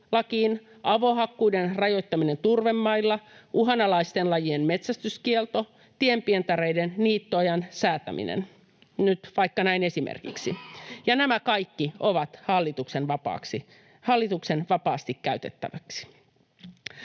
avohakkuiden rajoittaminen turvemailla, uhanalaisten lajien metsästyskielto, tienpientareiden niittoajan säätäminen — nyt vaikka näin esimerkiksi. Ja nämä kaikki ovat hallituksen vapaasti käytettävissä.